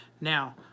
Now